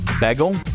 bagel